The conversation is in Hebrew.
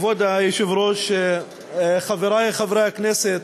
כבוד היושב-ראש, חברי חברי הכנסת,